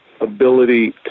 ability